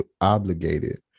obligated